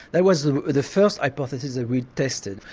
that was the first hypothesis that we tested.